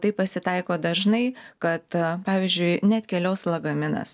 taip pasitaiko dažnai kad pavyzdžiui neatkeliaus lagaminas